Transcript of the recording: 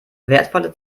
wertvolle